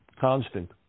constant